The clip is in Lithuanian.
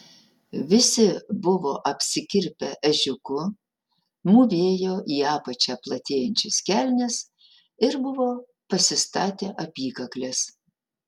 visi buvo apsikirpę ežiuku mūvėjo į apačią platėjančias kelnes ir buvo pasistatę apykakles